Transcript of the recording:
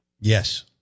Yes